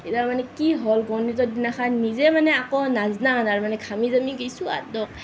এতিয়া মানে কি হ'ল গণিতৰ দিনাখন নিজে মানে একো নাজানো তাৰমানে ঘামি জামি গৈছোঁ আৰু দিয়ক